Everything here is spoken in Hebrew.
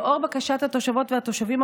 לאור בקשת התושבות והתושבים,